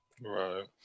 Right